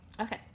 okay